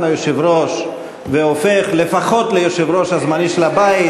היושב-ראש והופך לפחות ליושב-ראש הזמני של הבית,